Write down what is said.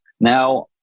now